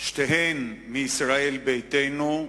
שתיהן מישראל ביתנו,